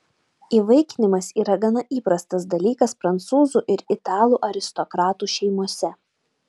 įvaikinimas yra gana įprastas dalykas prancūzų ir italų aristokratų šeimose